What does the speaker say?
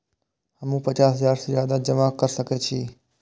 हमू पचास हजार से ज्यादा जमा कर सके छी?